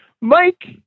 Mike